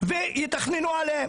ויתכננו עליהם.